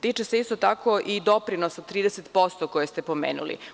Tiče se isto tako i doprinosa od 30% koje ste pomenuli.